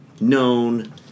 known